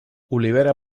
olivera